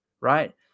Right